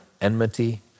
enmity